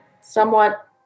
Somewhat